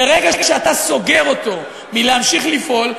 ברגע שאתה מונע ממנו להמשיך לפעול,